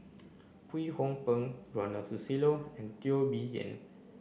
Kwek Hong Png Ronald Susilo and Teo Bee Yen